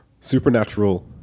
Supernatural